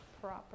Proper